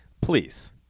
please